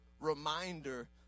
reminder